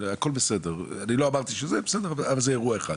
הכול בסדר, אבל זה אירוע אחד.